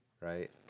Right